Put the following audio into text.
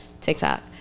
TikTok